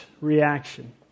reaction